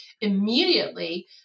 immediately